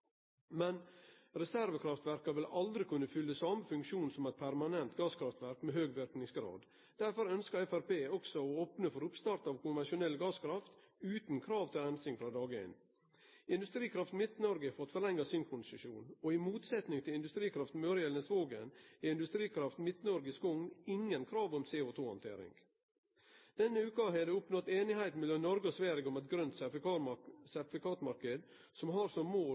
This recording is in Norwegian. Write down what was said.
Men, reservekraftverka vil aldri kunne fylle same funksjon som eit permanent gasskraftverk med høg verknadsgrad. Derfor ønskjer Framstegspartiet òg å opne for oppstart av konvensjonelle gasskraftverk, utan krav til reinsing frå dag ein. Industrikraft Midt-Norge har fått forlenga sin konsesjon. I motsetning til Industrikraft Møre i Elnesvågen har Industrikraft Midt-Norge i Skogn ingen krav om CO2-handtering. Denne veka er det oppnådd einigheit mellom Noreg og Sverige om ein grøne-sertifikat-marknad som har som mål